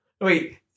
Wait